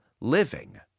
living